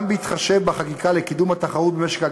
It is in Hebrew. גם בהתחשב בחקיקה לקידום התחרות במשק הגז,